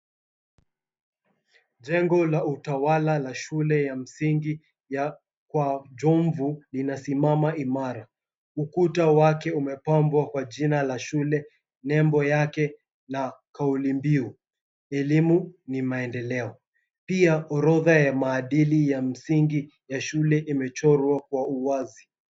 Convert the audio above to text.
Jengo la utawala la shule ya msingi ya kwa jomvu linasimama imara. Ukuta wake umepambwa kwa jina la shule, nembo yake na kauli mbiu elimu ni maendeleo, pia orodha ya maadili ya msingi ya shule imechorwa kwa uwazi.